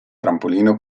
trampolino